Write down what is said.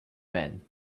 men